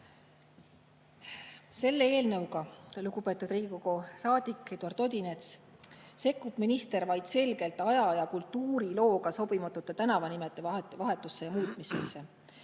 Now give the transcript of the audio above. Selle eelnõu kohaselt, lugupeetud Riigikogu saadik Eduard Odinets, sekkub minister vaid selgelt aja- ja kultuurilooga sobimatute tänavanimede vahetusse ja muutmisse.